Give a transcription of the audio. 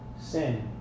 sin